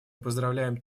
поздравляем